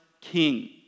king